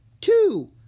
two